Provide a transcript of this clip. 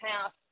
half